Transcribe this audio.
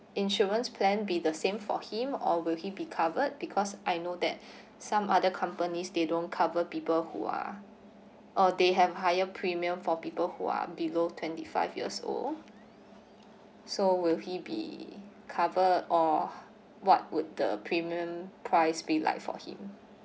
will the insurance plan be the same for him or will he be covered because I know that some other companies they don't cover people who are or they have higher premium for people who are below twenty five years old so will he be covered or what would the premium price be like for him